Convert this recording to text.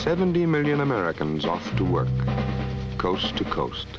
seventy million americans off to work coast to coast